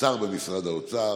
במשרד האוצר,